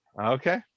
Okay